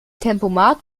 tempomat